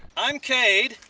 i'm cade.